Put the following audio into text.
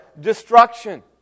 destruction